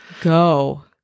go